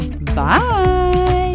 bye